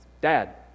Dad